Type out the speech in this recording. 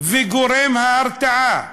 וגורם ההרתעה,